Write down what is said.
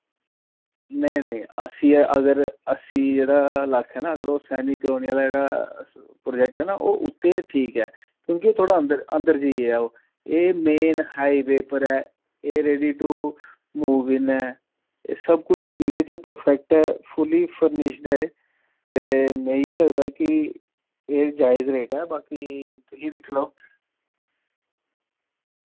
नेईं नेईं अस्सी अगर अस्सी जेह्ड़ा लक्ख ऐ ना अगर ओह् सैनिक कलोनी आह्ला जेह्ड़ा प्रोजेक्ट ऐ ना ओ उत्थे ठीक ऐ क्यूंकि थोह्ड़ा अंदर अंदर जाइयै ऐ ओह् एह् मेन हाईवे उप्पर ऐ एह् रेडी टू मूव इन ऐ एह् सब कुछ इदे च परफेक्ट ऐ फूली फर्निश्ड ऐ एह् ते मिकी लगदा कि एह् जायज रेट ऐ बाकि तुसीं दिक्खी लाओ